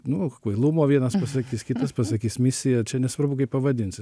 nu kvailumo vienas pasakys kitas pasakys misija čia nesvarbu kaip pavadinsi